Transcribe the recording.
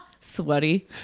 sweaty